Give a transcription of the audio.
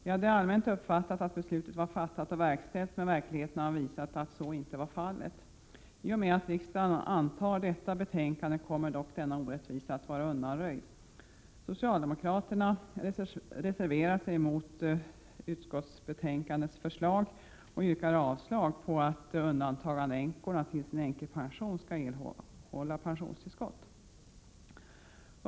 Vi hade allmänt uppfattat att beslutet redan var fattat och verkställt, men verkligheten har visat att så inte är fallet. I och med att riksdagen bifaller utskottets hemställan på denna punkt i betänkandet kommer dock denna orättvisa att vara undanröjd. Socialdemokraterna reserverar sig mot förslaget och yrkar avslag på att undantagandeänkorna skall erhålla pensionstillskott till sin änkepension.